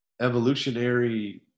evolutionary